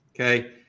okay